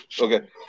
okay